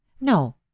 No